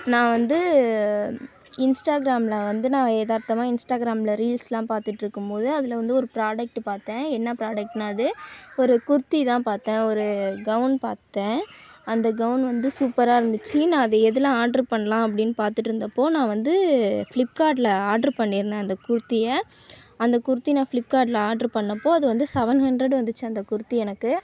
நான் வந்து இன்ஸ்டாகிராமில் வந்து நான் எதார்த்தமாக இன்ஸ்டாகிராமில் ரீல்ஸுலாம் பார்த்துட்டு இருக்கும்போது அதில் வந்து ஒரு ப்ராடக்ட்டு பார்த்தேன் என்ன ப்ராடக்ட்டுனா அது ஒரு குர்த்தி தான் பார்த்தேன் ஒரு கெவுன் பார்த்தேன் அந்த கெவுன் வந்து சூப்பராக இருந்துச்சு நான் அதை எதில் ஆர்ட்ரு பண்ணலாம் அப்படின்னு பார்த்துட்டு இருந்தப்போது நான் வந்து ஃப்ளிப்கார்ட்டில் ஆர்ட்ரு பண்ணியிருந்தேன் அந்த குர்த்தியை அந்த குர்த்தி நான் ஃப்ளிப்கார்ட்டில் ஆர்ட்ரு பண்ணப்போது அது வந்து சவன் ஹண்ட்ரட் வந்துச்சு அந்த குர்த்தி எனக்கு